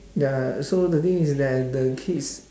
ya so the thing is that the kids